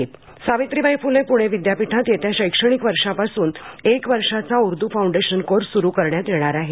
Urdu foundation course Savitribai Phule Pune विद्यापीठात येत्या शैक्षणिक वर्षापासून एक वर्षाचा उर्दू फाउंडेशन कोर्स सुरू करण्यात येणार आहे